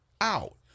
out